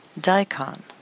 daikon